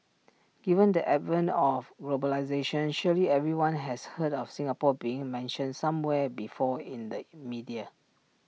given the advent of globalisation surely everyone has heard of Singapore being mentioned somewhere before in the media